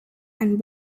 and